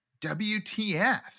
WTF